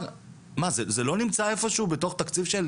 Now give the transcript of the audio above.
זה לא נמצא איפה שהוא בתוך תקציב של